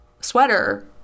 sweater